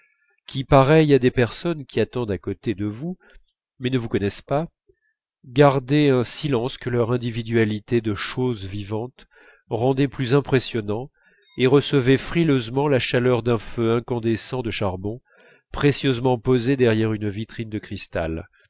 qui pareilles à des personnes qui attendent à côté de vous mais ne vous connaissent pas gardaient un silence que leur individualité de choses vivantes rendait plus impressionnant et recevaient frileusement la chaleur d'un feu incandescent de charbon précieusement posé derrière une vitrine de cristal